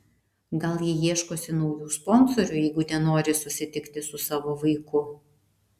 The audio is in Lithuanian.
gal ji ieškosi naujų sponsorių jeigu nenori susitikti su savo vaiku